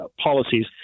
policies